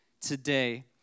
today